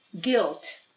guilt